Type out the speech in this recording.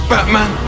Batman